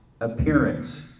appearance